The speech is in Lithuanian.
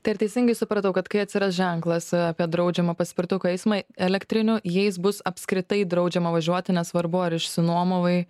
tai ar teisingai supratau kad kai atsiras ženklas apie draudžiamą paspirtukų eismą elektrinių jais bus apskritai draudžiama važiuoti nesvarbu ar išsinuomavai